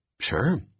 sure